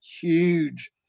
huge